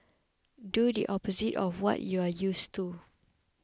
do the opposite of what you are used to